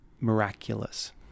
miraculous